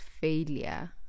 failure